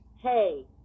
hey